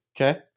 okay